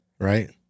right